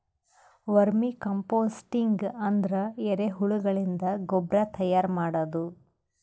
vermi composting ಅಂದ್ರ ಎರಿಹುಳಗಳಿಂದ ಗೊಬ್ರಾ ತೈಯಾರ್ ಮಾಡದು